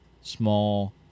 small